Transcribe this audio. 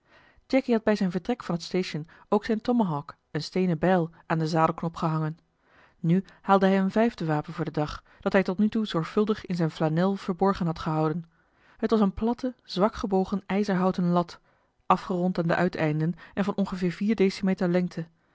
jacky had bij zijn vertrek van het station ook zijn tomahawk eene steenen bijl aan den zadelknop gehangen nu haalde hij een vijfde wapen voor den dag dat hij tot nu toe zorgvuldig in zijn flanel verborgen had gehouden het was eene platte zwak gebogen ijzerhouten lat afgerond aan de uiteinden en van ongeveer vier decimeter lengte